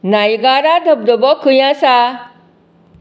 Niagara धबधबो खंय आसा